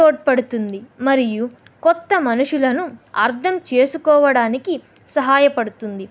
తోడ్పడుతుంది మరియు కొత్త మనుషులను అర్థం చేసుకోవడానికి సహాయపడుతుంది